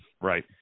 Right